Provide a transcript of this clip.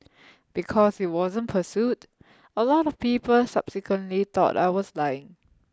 because it wasn't pursued a lot of people subsequently thought I was lying